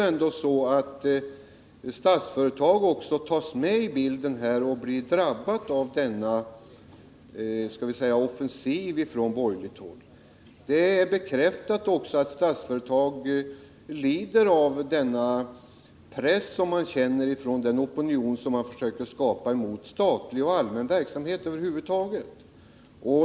Också Statsföretag kommer in i den bilden och drabbas av denna borgerliga offensiv. Det är bekräftat att Statsföretag lider av den press företaget känner från den opinion man försökt skapa mot statlig verksamhet och allmän verksamhet över huvud taget.